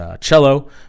cello